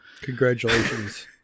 Congratulations